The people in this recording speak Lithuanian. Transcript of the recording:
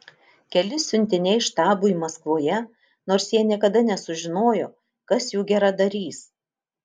keli siuntiniai štabui maskvoje nors jie niekada nesužinojo kas jų geradarys